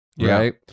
right